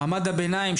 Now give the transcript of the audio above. מעמד הביניים,